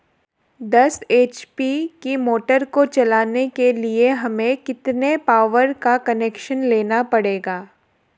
दस एच.पी की मोटर को चलाने के लिए हमें कितने पावर का कनेक्शन लेना पड़ेगा?